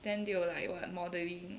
then they will like what modelling